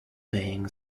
being